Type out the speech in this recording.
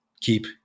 keep